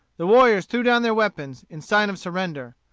the warriors threw down their weapons, in sign of surrender.